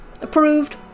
Approved